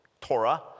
Torah